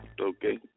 Okay